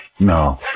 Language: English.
No